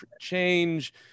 change